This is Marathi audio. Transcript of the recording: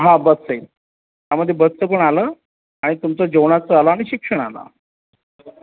हा बससहित त्यामध्ये बसचं पण आलं आणि तुमचं जेवणाचं आलं आणि शिक्षण आलं